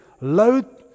load